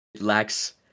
lacks